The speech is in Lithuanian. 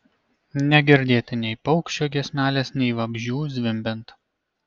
negirdėti nei paukščio giesmelės nei vabzdžių zvimbiant